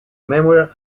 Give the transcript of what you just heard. memorial